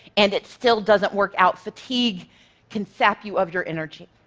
and it still doesn't work out, fatigue can sap you of your energy.